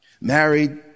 married